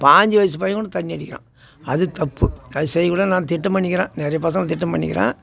பாஞ்சு வயசு பையன் கூட தண்ணி அடிக்கிறான் அது தப்பு அது செய்யக்கூடாது நான் திட்டம் பண்ணிக்கிறான் நிறைய பசங்கள் திட்டம் பண்ணிக்கிறான்